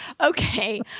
Okay